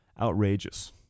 outrageous